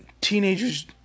teenagers